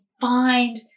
find